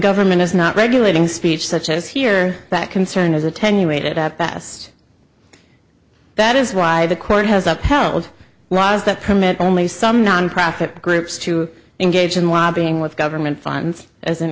government is not regulating speech such as here that concern is attenuated at best that is why the court has upheld laws that permit only some nonprofit groups to engage in lobbying with government